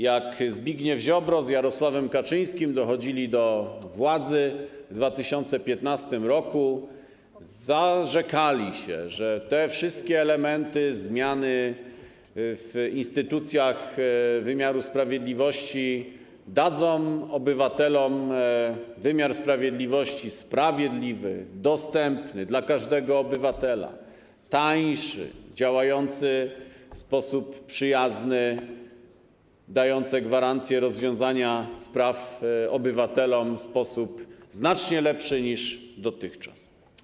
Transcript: Jak Zbigniew Ziobro z Jarosławem Kaczyńskim dochodzili do władzy w 2015 r., zarzekali się, że te wszystkie elementy, zmiany w instytucjach wymiaru sprawiedliwości dadzą obywatelom wymiar sprawiedliwości sprawiedliwy, dostępny dla każdego obywatela, tańszy, działający w sposób przyjazny, dający gwarancję rozwiązania spraw obywatelom w sposób znacznie lepszy niż dotychczas.